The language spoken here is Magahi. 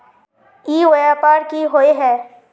ई व्यापार की होय है?